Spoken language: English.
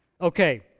Okay